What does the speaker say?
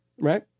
right